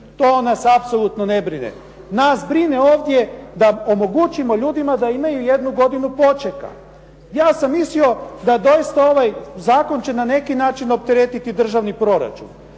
to nas apsolutno ne brine. Nas brine ovdje da omogućimo ljudima da imaj jednu godinu počeka. Ja sam mislim da doista ovaj zakon će na neki način opteretiti državni proračun.